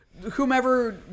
whomever